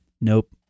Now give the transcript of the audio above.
nope